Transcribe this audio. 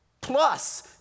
plus